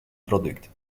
product